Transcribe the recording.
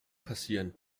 passieren